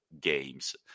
games